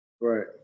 Right